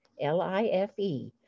L-I-F-E